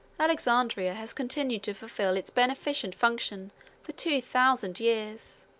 alexandria has continued to fulfill its beneficent function for two thousand years.